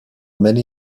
many